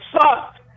sucked